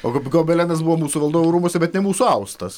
o kaip gobelenas buvo mūsų valdovų rūmuose bet ne mūsų austas